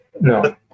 No